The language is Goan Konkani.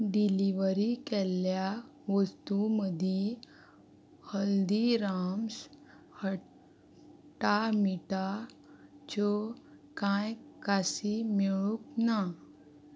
डिलिव्हरी केल्ल्या वस्तू मदीं हल्दिराम्स खट्टामिटाच्यो कांय कासी मेळूंक ना